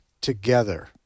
together